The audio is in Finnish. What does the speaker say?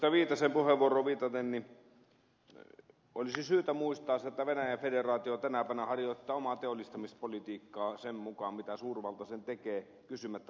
viitasen puheenvuoroon viitaten olisi syytä muistaa se että venäjän federaatio tänä päivänä harjoittaa omaa teollistamispolitiikkaa sen mukaan miten suurvalta sen tekee kysymättä naapureilta